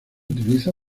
utiliza